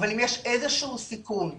אבל אם יש איזשהו סיכון קטן,